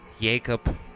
Jacob